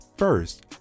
First